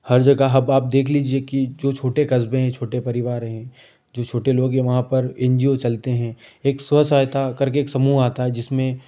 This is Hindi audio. हर जगह हब आप देख लीजिए कि जो छोटे कस्बें हैं छोटे परिवार हैं जो छोटे लोग हैं वहाँ पर एन जी ओ चलते हैं एक स्वसहायता करके एक समूह आता है जिसमें